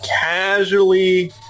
casually